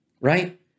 right